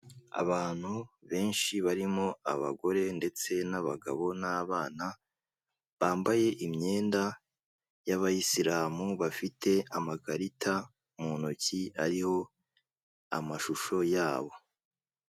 Abantu benshi barimo abagore ndetse n'abagabo n'abana bambaye imyenda y'abayisiramu bafite amakarita mu ntoki ariho amashusho yabo.